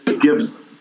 gives –